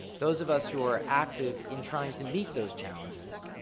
those of us who are active in trying to meet those challenges,